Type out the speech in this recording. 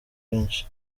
benshi